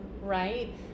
right